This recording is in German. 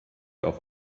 auf